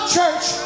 church